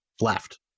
left